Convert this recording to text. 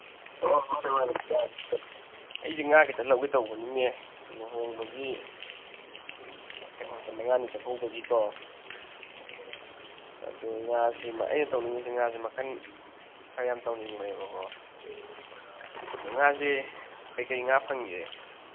ꯑꯩꯁꯦ ꯉꯥ ꯈꯤꯇ ꯂꯧꯒꯦ ꯇꯧꯕꯅꯤꯅꯦ ꯂꯨꯍꯣꯡꯕꯒꯤ ꯀꯩꯅꯣꯗꯣ ꯃꯉꯥꯒꯤ ꯆꯥꯛꯀꯧꯕꯒꯤꯀꯣ ꯑꯗꯨ ꯉꯥꯁꯤ ꯑꯩꯅ ꯇꯧꯅꯤꯡꯉꯤꯁꯤ ꯉꯥꯁꯤ ꯃꯈꯟ ꯈꯔ ꯌꯥꯝ ꯇꯧꯅꯤꯡꯕꯅꯦꯕꯀꯣ ꯑꯗꯨ ꯉꯥꯁꯦ ꯀꯔꯤ ꯀꯔꯤ ꯉꯥ ꯐꯪꯒꯦ